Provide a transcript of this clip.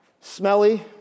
smelly